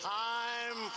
time